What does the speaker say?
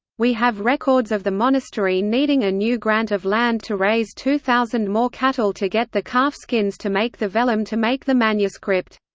we have records of the monastery needing a new grant of land to raise two thousand more cattle to get the calf skins to make the vellum to make the manuscript.